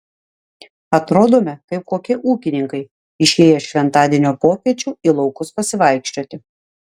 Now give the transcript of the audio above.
atrodome kaip kokie ūkininkai išėję šventadienio popiečiu į laukus pasivaikščioti